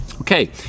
Okay